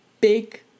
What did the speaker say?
big